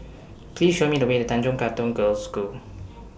Please Show Me The Way to Tanjong Katong Girls' School